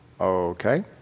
Okay